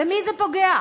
במי זה פוגע?